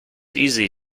easy